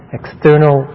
external